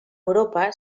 europa